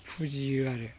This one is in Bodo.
फुजियो आरो